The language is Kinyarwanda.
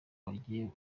bagiye